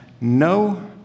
no